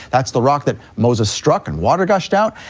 that's the rock that moses struck and water gushed out,